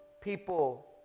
people